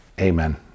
Amen